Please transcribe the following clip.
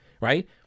right